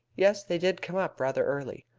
yes, they did come up rather early.